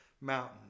mountain